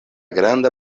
granda